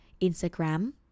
Instagram